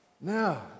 Now